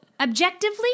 objectively